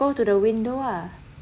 then you go to the window ah